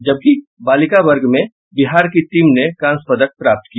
जबकि बालिका वर्ग में बिहार की टीम ने कांस्य पदक प्राप्त किया